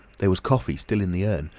there was coffee still in the urn,